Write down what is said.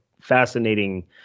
fascinating